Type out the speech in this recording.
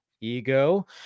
ego